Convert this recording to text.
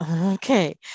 Okay